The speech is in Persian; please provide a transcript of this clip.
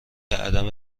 عدم